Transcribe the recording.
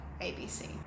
ABC